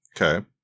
Okay